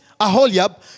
Aholiab